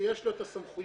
שיש לו את הסמכויות,